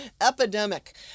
epidemic